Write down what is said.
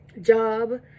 job